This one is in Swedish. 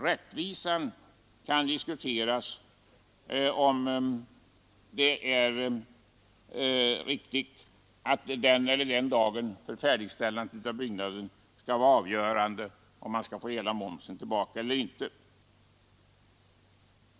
Det kan diskuteras om det är rättvist och riktigt att den eller den dagen för färdigställandet av byggnaden skall vara avgörande för om man skall få hela momsen tillbaka eller inte.